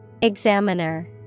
Examiner